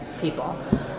people